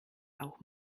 auch